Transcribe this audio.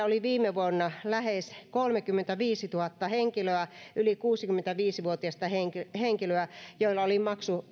oli viime vuonna lähes kolmekymmentäviisituhatta yli kuusikymmentäviisi vuotiasta henkilöä henkilöä joilla oli